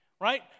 right